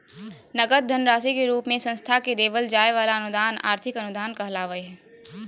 नगद धन राशि के रूप मे संस्था के देवल जाय वला अनुदान आर्थिक अनुदान कहलावय हय